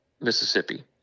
Mississippi